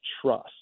trust